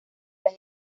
las